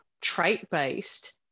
trait-based